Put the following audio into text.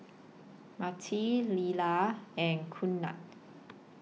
Marti Lilla and Knute